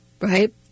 Right